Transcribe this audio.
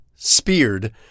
speared